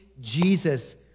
Jesus